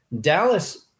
Dallas